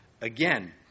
again